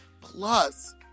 plus